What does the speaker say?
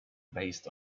based